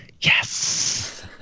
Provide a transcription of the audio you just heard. yes